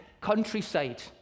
countryside